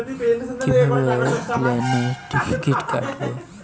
কিভাবে প্লেনের টিকিট কাটব?